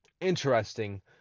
interesting